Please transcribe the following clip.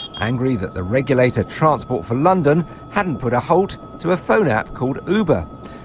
angry that the regulator transport for london hadn't put a halt to ah phone app called uber.